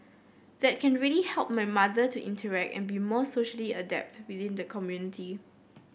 that can really help my mother to interact and be more socially adept within the community